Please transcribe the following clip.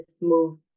move